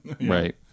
Right